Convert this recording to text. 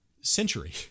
century